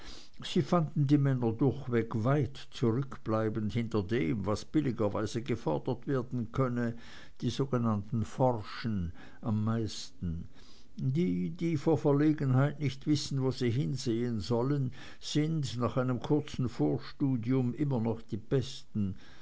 sie fanden die männer durchweg weit zurückbleibend hinter dem was billigerweise gefordert werden könne die sogenannten forschen am meisten die die vor verlegenheit nicht wissen wo sie hinsehen sollen sind nach einem kurzen vorstudium immer noch die besten